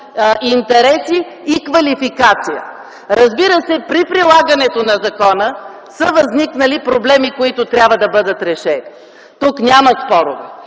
интереси и квалификация. Разбира се, при прилагането на закона са възникнали проблеми, които трябва да бъдат решени. Тук няма спорове.